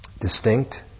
distinct